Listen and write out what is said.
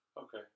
Okay